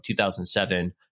2007